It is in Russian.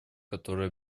которые